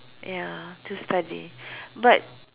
ya to study but